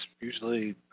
usually